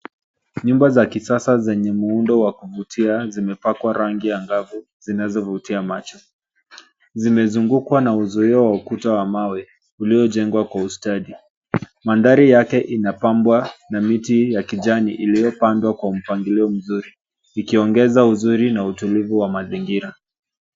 Nyumba za kisasa zenye muundo wa kuvutia zimepakwa rangi angavu zinazovutia macho. Zimezungukwa na uzuio wa ukuta wa mawe uliojengwa kwa ustadi. Mandhari yake inapambwa na miti ya kijani iliyopandwa kwa mpangilio mzuri ikiongeza uzuri na utulivu wa mazingira.